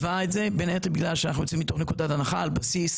בין היתר בגלל שאנחנו יוצאים מתוך נקודת הנחה על בסיס,